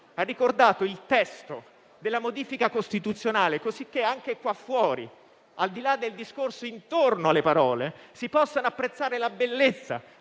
ha ricordato il testo della modifica costituzionale. Anche fuori, al di là del discorso intorno alle parole, si può apprezzare la bellezza